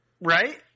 right